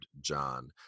John